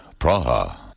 Praha